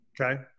Okay